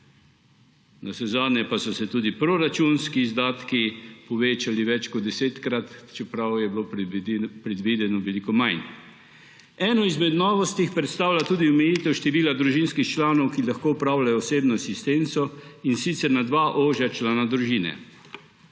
Navsezadnje pa so se tudi proračunski izdatki povečali več kot desetkrat, čeprav je bilo predvideno veliko manj. Eno izmed novosti predstavlja tudi omejitev števila družinskih članov, ki lahko opravljajo osebno asistenco, in sicer na dva ožja člana družine.